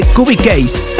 Cubicase